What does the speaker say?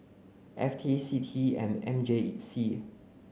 F T C T E M M J C